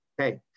Okay